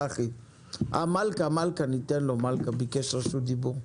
צחי, אחרי זה ניתן למלכא שביקש רשות דיבור.